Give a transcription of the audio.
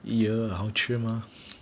!eeyer! 好吃吗